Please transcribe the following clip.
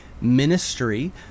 ministry